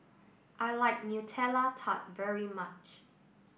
I like Nutella Tart very much